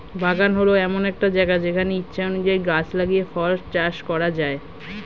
বাগান হল এমন একটা জায়গা যেখানে ইচ্ছা অনুযায়ী গাছ লাগিয়ে ফল চাষ করা যায়